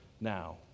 now